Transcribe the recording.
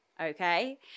Okay